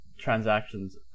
transactions